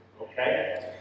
okay